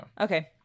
Okay